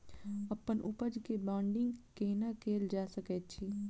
अप्पन उपज केँ ब्रांडिंग केना कैल जा सकैत अछि?